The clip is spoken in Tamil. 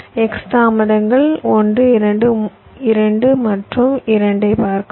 X தாமதங்கள் 1 2 2 மற்றும் 2 ஐப் பார்க்கவும்